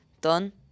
done